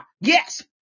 Yes